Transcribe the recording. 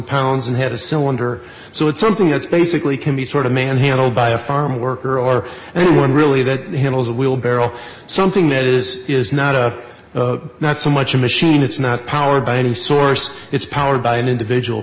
pounds and had a cylinder so it's something that's basically can be sort of manhandled by a farm worker or anyone really that handles a wheel barrel something that is is not a not so much a machine it's not powered by any source it's powered by an individual